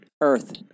Earth